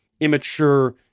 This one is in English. immature